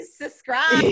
subscribe